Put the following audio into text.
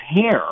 hair